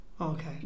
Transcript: Okay